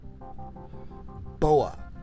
BOA